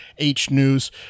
Hnews